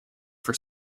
for